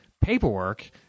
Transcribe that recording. paperwork